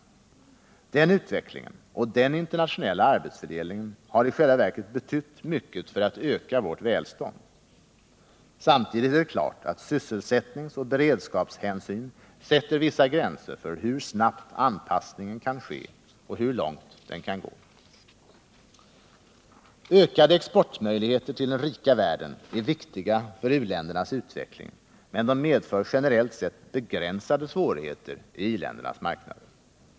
Den utvecklingen och den internationella arbetsfördelningen har i själva verket betytt mycket för att öka vårt välstånd. Samtidigt är det klart att sysselsättningsoch beredskapshänsyn sätter vissa gränser för hur snabbt anpassningen kan ske och hur långt den kan gå. Ökade möjligheter för export till den rika världen är viktiga för u-ländernas utveckling, men de medför generellt sett begränsade svårigheter på iländernas marknader.